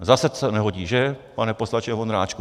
Zase se to nehodí, že, pane poslanče Vondráčku?